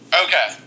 Okay